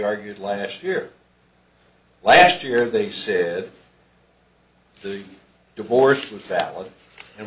argued last year last year they said the divorce and sadly and